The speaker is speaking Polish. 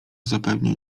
zapewne